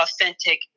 authentic